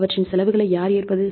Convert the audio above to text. அவற்றின் செலவுகளை யார் ஏற்பது